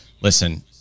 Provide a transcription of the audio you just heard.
listen